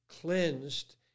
cleansed